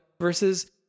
versus